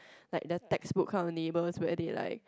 like the textbook kind of neighbours where they like